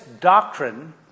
doctrine